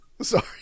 Sorry